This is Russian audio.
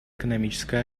экономической